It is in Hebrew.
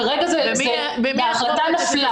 כרגע ההחלטה נפלה.